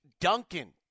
Duncan